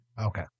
Okay